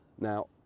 Now